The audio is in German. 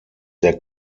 der